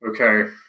Okay